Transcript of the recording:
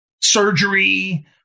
surgery